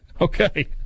Okay